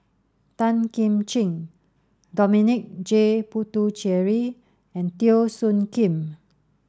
Tan Kim Ching Dominic J Puthucheary and Teo Soon Kim